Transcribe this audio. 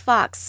Fox